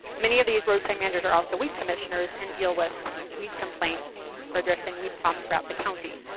many of these roadside managers are also weed commissioners and deal with weed complaints or addressing weed problems throughout the county.